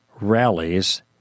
rallies